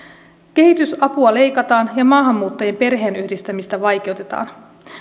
kehitysapua leikataan ja maahanmuuttajien perheenyhdistämistä vaikeutetaan